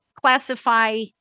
classify